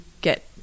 get